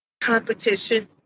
Competition